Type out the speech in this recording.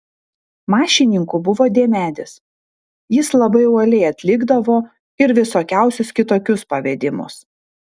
mašininku buvo diemedis jis labai uoliai atlikdavo ir visokiausius kitokius pavedimus